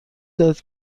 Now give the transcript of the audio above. داد